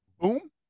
Boom